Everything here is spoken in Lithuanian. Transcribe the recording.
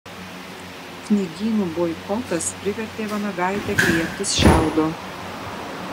knygynų boikotas privertė vanagaitę griebtis šiaudo